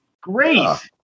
Great